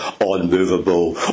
unmovable